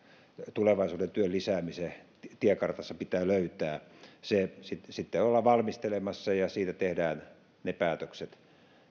tulevaisuuden työn lisäämisen tiekartassa pitää löytää sitä ollaan valmistelemassa ja siitä tehdään ne päätökset